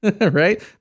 right